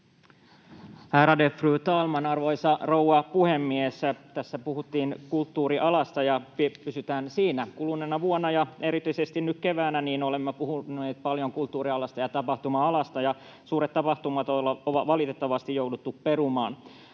Ärade fru talman, arvoisa rouva puhemies! Tässä puhuttiin kulttuurialasta ja pysytään siinä. Kuluneena vuonna ja erityisesti nyt keväällä olemme puhuneet paljon kulttuurialasta ja tapahtuma-alasta, ja suuret tapahtumat on valitettavasti jouduttu perumaan.